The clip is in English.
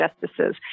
justices